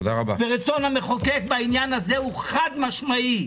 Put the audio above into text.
ורצון המחוקק בעניין הזה הוא חד-משמעי.